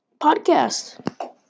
podcast